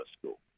school